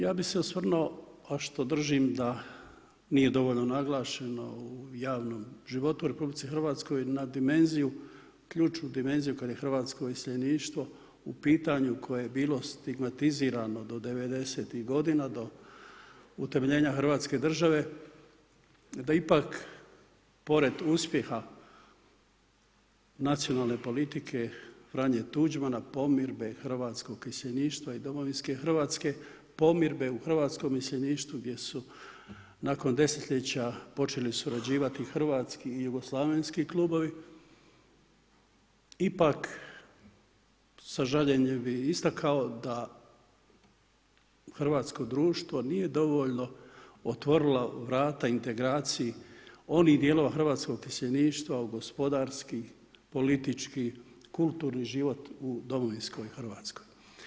Ja bih se osvrnuo, a što držim da nije dovoljno naglašeno u javnom životu u Republici Hrvatskoj na dimenziju ključnu dimenziju kada je hrvatsko iseljeništvo u pitanju koje je bilo stigmatizirano do 90-tih godina do utemeljenja Hrvatske države da ipak pored uspjeha nacionalne politike Franje Tuđmana, pomirdbe hrvatskog iseljeništva i domovinske Hrvatske, pomirdbe u hrvatskom iseljeništvu gdje su nakon desetljeća počeli surađivati hrvatski i jugoslavenski klubovi ipak sa žaljenjem bi istakao da hrvatsko društvo nije dovoljno otvorilo vrata integraciji onih dijelova hrvatskog iseljeništva u gospodarski, politički, kulturni život u domovinskoj Hrvatskoj.